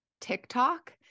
TikTok